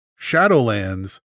Shadowlands